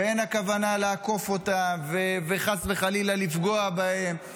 ואין הכוונה לעקוף אותם וחס וחלילה לפגוע בהם.